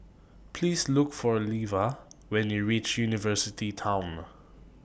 Please Look For Leva when YOU REACH University Town